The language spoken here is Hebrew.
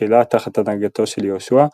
תחילה תחת הנהגתו של יהושע,